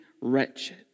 wretched